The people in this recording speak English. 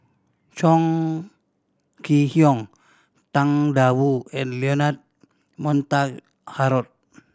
Chong Kee Hiong Tang Da Wu and Leonard Montague Harrod